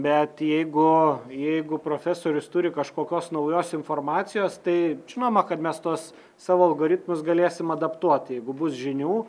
bet jeigu jeigu profesorius turi kažkokios naujos informacijos tai žinoma kad mes tuos savo algoritmus galėsim adaptuot jeigu bus žinių